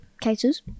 cases